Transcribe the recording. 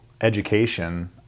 education